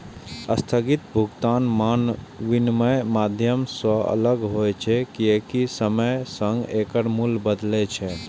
स्थगित भुगतान मानक विनमय माध्यम सं अलग होइ छै, कियैकि समयक संग एकर मूल्य बदलै छै